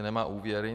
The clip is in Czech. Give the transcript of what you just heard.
Nemá úvěry.